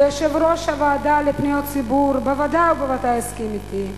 ויושב-ראש הוועדה לפניות הציבור בוודאי ובוודאי יסכים אתי,